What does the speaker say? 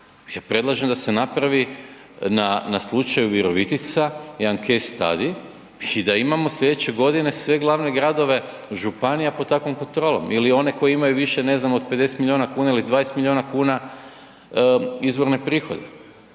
Ja predlažem da se napravi na slučaju Virovitica .../Govornik se ne razumije./... i da imamo sljedeće godine sve glavne gradove županija pod takvom kontrolom ili one koji imaju više, ne znam, od 50 milijuna kuna ili 20 milijuna kuna izvorne prihode.